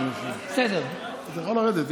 למה אנחנו צריכים להביא הצעה דחופה לסדר-היום על דבר שמגיע